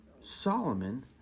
Solomon